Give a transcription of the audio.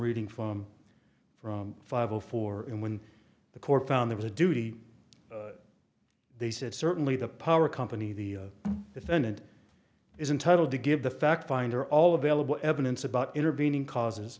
reading from from five or four and when the court found there was a duty they said certainly the power company the defendant is entitled to give the fact finder all available evidence about intervening causes